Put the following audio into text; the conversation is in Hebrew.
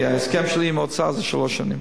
כי ההסכם שלי עם האוצר הוא לשלוש שנים.